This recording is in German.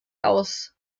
aus